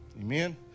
Amen